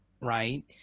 right